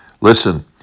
Listen